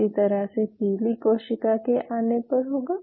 इसी तरह से पीली कोशिका के आने पर होगा